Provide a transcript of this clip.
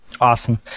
Awesome